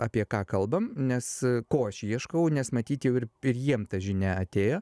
apie ką kalbam nes ko aš ieškau nes matyt jau ir ir jiem ta žinia atėjo